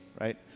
right